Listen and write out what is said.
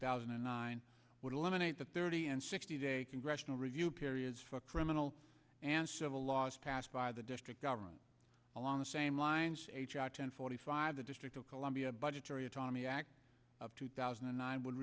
thousand and nine would eliminate the thirty and sixty day congressional review periods for criminal and civil laws passed by the district government along the same lines h r ten forty five the district of columbia budgetary autonomy act of two thousand and nine would